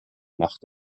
macht